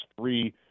three